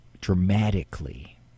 dramatically